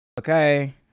Okay